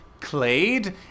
clade